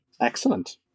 Excellent